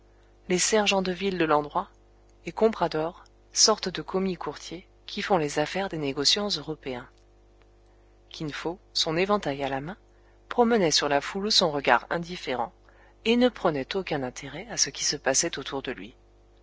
les sergents de ville de l'endroit et compradores sortes de commis courtiers qui font les affaires des négociants européens kin fo son éventail à la main promenait sur la foule son regard indifférent et ne prenait aucun intérêt à ce qui se passait autour de lui